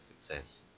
success